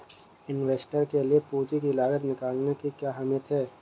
Investor के लिए पूंजी की लागत निकालने की क्या अहमियत है?